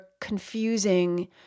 confusing